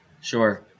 sure